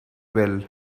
well